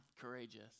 Courageous